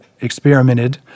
experimented